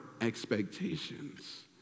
expectations